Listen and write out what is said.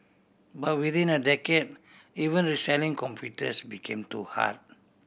but within a decade even reselling computers became too hard